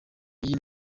iyi